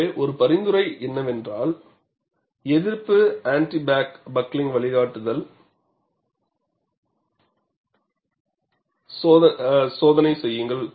எனவே ஒரு பரிந்துரை என்னவென்றால் எதிர்ப்பு ஆன்டி பக்ளிங்க் வழிகாட்டிகளுடன் சோதனை செய்யுங்கள்